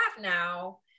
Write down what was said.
now